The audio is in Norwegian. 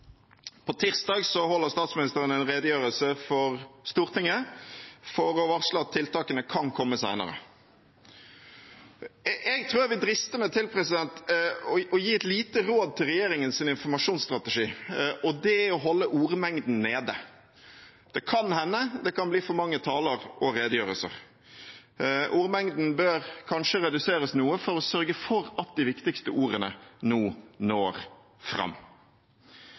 kom tirsdag. På tirsdag holder statsministeren en redegjørelse for Stortinget for å varsle at tiltakene kan komme senere. Jeg tror jeg vil driste meg til å gi et lite råd til regjeringens informasjonsstrategi, og det er å holde ordmengden nede. Det kan hende det kan bli for mange taler og redegjørelser. Ordmengden bør kanskje reduseres noe for å sørge for at de viktigste ordene nå når fram.